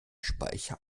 speiche